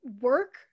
work